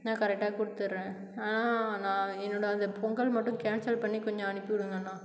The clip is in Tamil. நான் கரெக்டா குடுத்துட்றேன் ஆனால் நான் என்னோட அந்த பொங்கல் மட்டும் கேன்ஸல் பண்ணி கொஞ்சம் அனுப்பிவிடுங்க அண்ணா